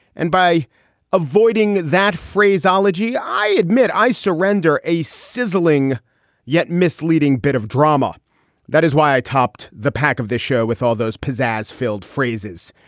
and by avoiding that phraseology, i admit i surrender a sizzling yet misleading bit of drama that is why i topped the pack of this show with all those pizzazz filled phrases.